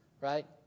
right